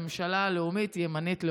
לממשלה לאומית ימנית.